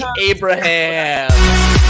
Abraham